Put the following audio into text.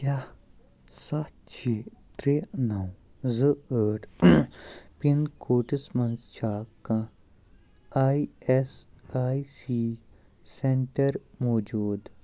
کیٛاہ سَتھ شےٚ ترٛےٚ نَو زٕ ٲٹھ پِن کوڈَس منٛز چھا کانٛہہ I S I C centre موجوٗد